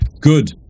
Good